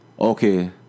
Okay